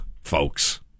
folks